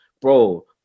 bro